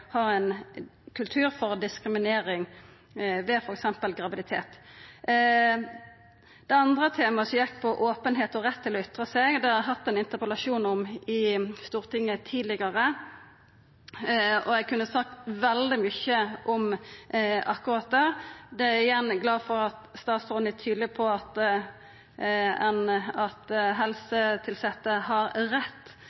ha ein kultur for diskriminering ved f.eks. graviditet. Det andre temaet, som gjeld openheit og rett til å ytra seg, har eg hatt ein interpellasjon om i Stortinget tidlegare. Eg kunne sagt veldig mykje om akkurat det. Det gjer meg glad at statsråden er tydeleg på at